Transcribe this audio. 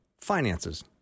finances